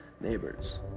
neighbors